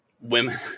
women